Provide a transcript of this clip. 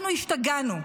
אנחנו השתגענו.